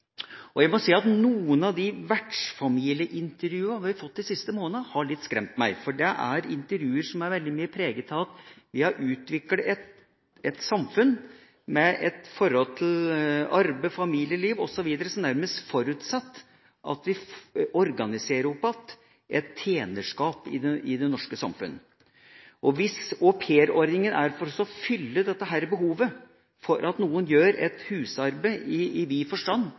osv. Jeg må si at noen av de vertsfamilieintervjuene man har hørt de siste månedene, har skremt meg litt, for det er intervjuer som er veldig mye preget av at vi har utviklet et samfunn med et forhold til arbeid og familieliv som nærmest forutsetter at man organiserer opp igjen et tjenerskap i det norske samfunn. Hvis aupairordninga er til for å fylle behovet for at noen – i vid forstand – gjør husarbeid